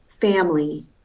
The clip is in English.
family